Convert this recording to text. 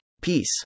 Peace